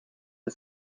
het